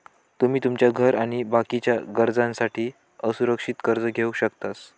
तुमी तुमच्या घर आणि बाकीच्या गरजांसाठी असुरक्षित कर्ज घेवक शकतास